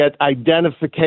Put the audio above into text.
identification